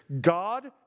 God